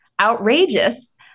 outrageous